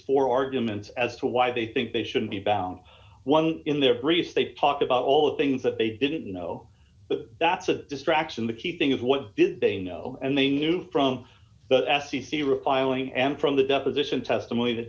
for arguments as to why they think they should be bound one in their briefs they talk about all the things that they didn't know but that's a distraction the key thing is what did they know and they knew from the s e c replying and from the deposition testimony that